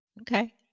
okay